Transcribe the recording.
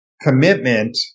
commitment